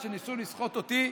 והם ניסו לסחוט אותי.